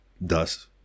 thus